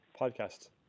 podcast